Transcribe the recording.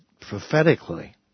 prophetically